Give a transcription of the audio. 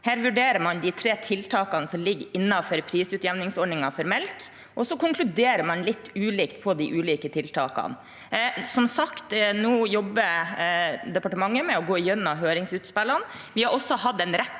Her vurderer man de tre tiltakene som ligger innenfor prisutjevningsordningen for melk, og så konkluderer man litt ulikt på de ulike tiltakene. Som sagt jobber departementet nå med å gå gjennom høringsinnspillene. Vi har også hatt en rekke